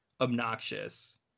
obnoxious